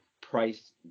price